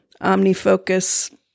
OmniFocus